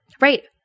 Right